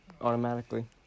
automatically